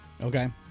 Okay